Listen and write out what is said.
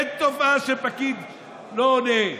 אין תופעה של פקיד שלא עונה.